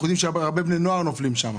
אנחנו יודעים שהרבה בני נוער נופלים שם.